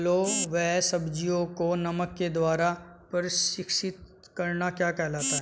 फलों व सब्जियों को नमक के द्वारा परीक्षित करना क्या कहलाता है?